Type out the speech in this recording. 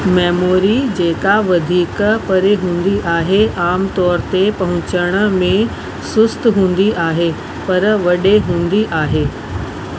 memory जेका वधीक परे हूंदी आहे आमतौरि ते पहुचण में सुस्तु हूंदी आहे पर वडे॒ हूंदी आहे